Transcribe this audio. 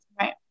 Right